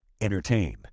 Entertain